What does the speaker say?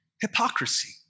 hypocrisy